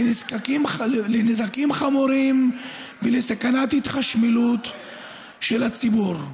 לנזקים חמורים ולסכנת התחשמלות של הציבור.